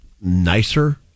nicer